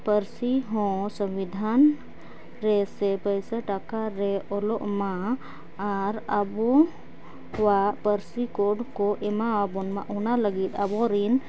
ᱯᱟᱹᱨᱥᱤᱦᱚᱸ ᱥᱚᱝᱵᱤᱫᱷᱟᱱᱨᱮ ᱥᱮ ᱯᱚᱭᱥᱟᱼᱴᱟᱠᱟᱨᱮ ᱚᱞᱚᱜᱢᱟ ᱟᱨ ᱟᱵᱚᱣᱟᱜ ᱯᱟᱹᱨᱥᱤ ᱠᱳᱰᱠᱚ ᱮᱢᱟᱣᱟᱵᱚᱱ ᱢᱟ ᱚᱱᱟ ᱞᱟᱹᱜᱤᱫ ᱟᱵᱚᱨᱮᱱ